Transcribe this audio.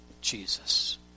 Jesus